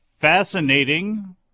fascinating